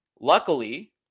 Luckily